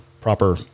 proper